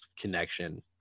connection